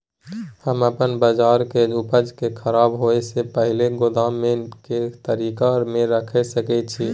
हम अपन बाजरा के उपज के खराब होय से पहिले गोदाम में के तरीका से रैख सके छी?